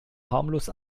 harmlos